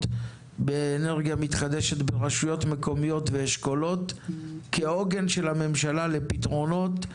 באנרגיה מתחדשת ברשויות מקומיות ובאשכולות כעוגן של הממשלה לפתרונות;